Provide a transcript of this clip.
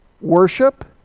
Worship